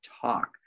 talk